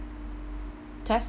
test